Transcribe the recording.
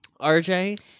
RJ